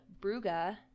Bruga